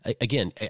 Again